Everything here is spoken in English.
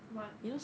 what